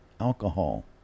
alcohol